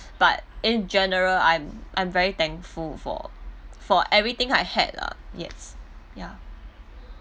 but in general I'm I'm very thankful for for everything I had lah yes ya